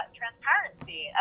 transparency